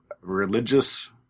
religious